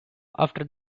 after